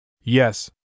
Yes